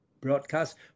broadcast